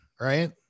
right